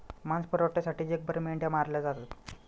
मांस पुरवठ्यासाठी जगभर मेंढ्या मारल्या जातात